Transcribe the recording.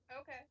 Okay